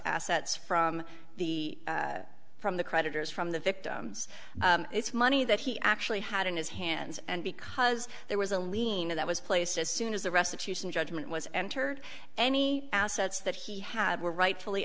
assets from the from the creditors from the victims it's money that he actually had in his hands and because there was a lean in that was placed as soon as the restitution judgment was entered any assets that he had were rightfully